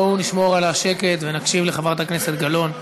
בואו נשמור על השקט ונקשיב לחברת הכנסת גלאון.